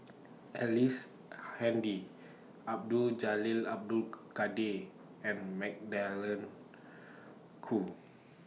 Ellice Handy Abdul Jalil Abdul Kadir and Magdalene Khoo